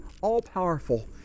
all-powerful